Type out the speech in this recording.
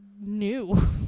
new